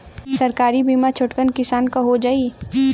सरकारी बीमा छोटकन किसान क हो जाई?